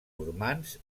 normands